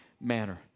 manner